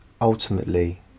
ultimately